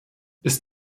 ist